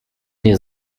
nie